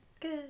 Good